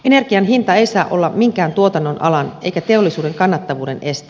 energian hinta ei saa olla minkään tuotannonalan eikä teollisuuden kannattavuuden este